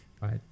right